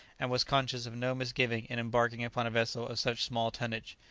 and was conscious of no misgiving in embarking upon a vessel of such small tonnage.